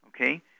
okay